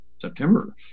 September